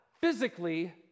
physically